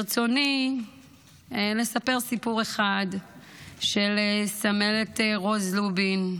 ברצוני לספר סיפור אחד של סמלת רוז לובין,